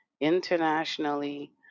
internationally